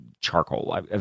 charcoal